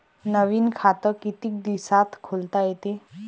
नवीन खात कितीक दिसात खोलता येते?